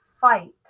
fight